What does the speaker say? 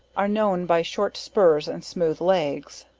are known by short spurs and smooth legs.